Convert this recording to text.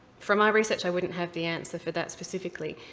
from my research, i wouldn't have the answer for that specifically.